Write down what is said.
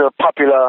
popular